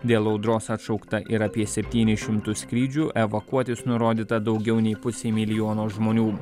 dėl audros atšaukta ir apie septynis šimtus skrydžių evakuotis nurodyta daugiau nei pusei milijono žmonių